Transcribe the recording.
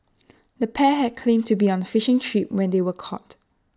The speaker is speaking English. the pair had claimed to be on fishing trip when they were caught